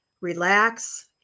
relax